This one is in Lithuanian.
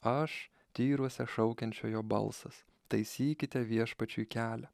aš tyruose šaukiančiojo balsas taisykite viešpačiui kelią